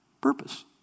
purpose